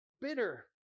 bitter